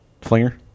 Flinger